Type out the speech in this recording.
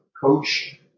coach